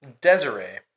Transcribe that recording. Desiree